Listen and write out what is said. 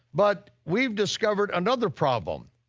but we've discovered another problem,